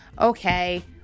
okay